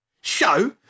Show